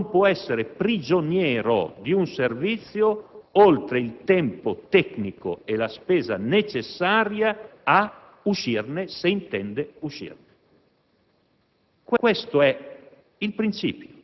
In secondo luogo, non si può essere prigionieri di un servizio oltre il tempo tecnico e la spesa necessaria ad uscirne, se si intende uscirne.